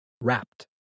Wrapped